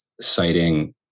citing